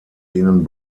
denen